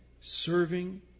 serving